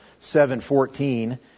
7.14